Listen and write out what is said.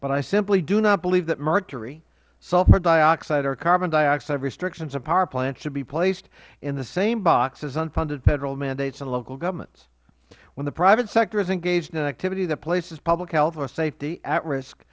but i simply do not believe that mercury sulfur dioxide or carbon dioxide restrictions on power plants should be placed in the same box was unfunded federal mandates on local governments when the private sector is engaged in activity that places public health or safety at risk